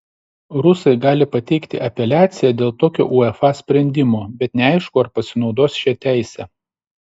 rusai gali pateikti apeliaciją dėl tokio uefa sprendimo bet neaišku ar pasinaudos šia teise